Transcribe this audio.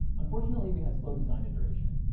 unfortunately, we had slow design iteration.